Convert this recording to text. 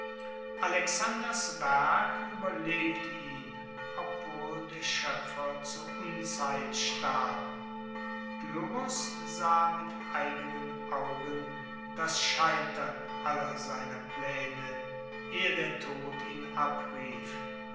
alexanders werk ueberlebte ihn obwohl der schoepfer zur unzeit starb pyrrhos sah mit eigenen augen das scheitern aller seiner plaene ehe der tod ihn abrief